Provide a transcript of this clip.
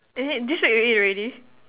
is it this week you eat already